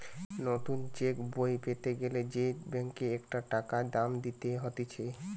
নতুন চেক বই পেতে গ্যালে সে ব্যাংকে একটা টাকা দাম দিতে হতিছে